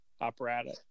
operatic